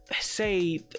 say